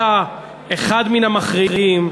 אתה אחד מן המכריעים,